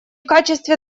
качестве